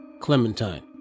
Clementine